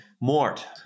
Mort